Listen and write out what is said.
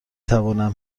توانم